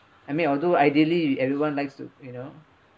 I mean although ideally everyone likes to you know